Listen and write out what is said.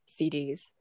CDs